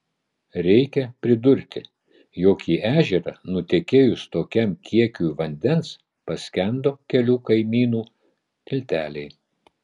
reikia pridurti jog į ežerą nutekėjus tokiam kiekiui vandens paskendo kelių kaimynų tilteliai